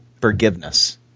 forgiveness